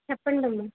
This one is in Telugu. చెప్పండమ్మా